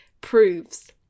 proves